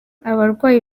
abarwayi